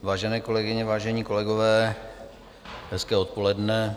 Vážené kolegyně, vážení kolegové, hezké odpoledne.